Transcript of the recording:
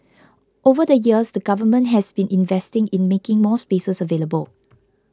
over the years the Government has been investing in making more spaces available